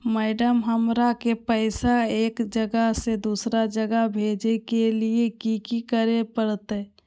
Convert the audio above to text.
Madam, हमरा के पैसा एक जगह से दुसर जगह भेजे के लिए की की करे परते?